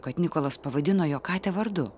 kad nikolas pavadino jo katę vardu